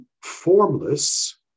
formless